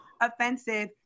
offensive